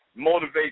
Motivate